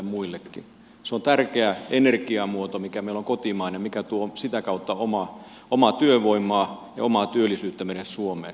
se on tärkeä energiamuoto mikä meillä on kotimainen mikä tuo sitä kautta omaa työvoimaa ja omaa työllisyyttä meille suomeen